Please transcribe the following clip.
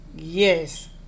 Yes